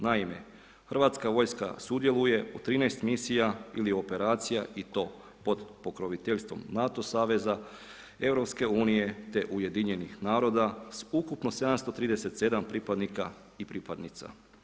Naime, Hrvatska vojska sudjeluje u 13 misija ili operacija i to pod pokroviteljstvom NATO saveza, EU, te UN-a sa ukupno 737 pripadnika i pripadnica.